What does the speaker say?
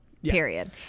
Period